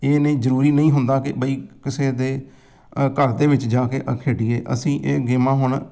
ਇਹ ਨਹੀਂ ਜ਼ਰੂਰੀ ਨਹੀਂ ਹੁੰਦਾ ਕਿ ਬਈ ਕਿਸੇ ਦੇ ਘਰ ਦੇ ਵਿੱਚ ਜਾ ਕੇ ਖੇਡੀਏ ਅਸੀਂ ਇਹ ਗੇਮਾਂ ਹੁਣ